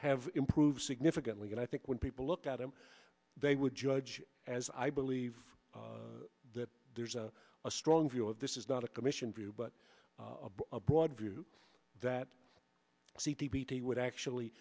have improved significantly and i think when people look at him they would judge as i believe that there's a strong view of this is not a commission view but a broad view that c v t would actually